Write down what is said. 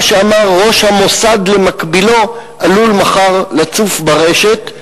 שאמר ראש המוסד למקבילו עלול מחר לצוף ברשת,